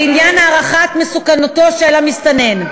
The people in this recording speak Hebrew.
לעניין הערכת מסוכנותו של המסתנן.